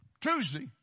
Tuesday